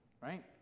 right